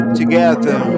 together